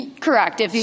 Correct